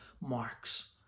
marks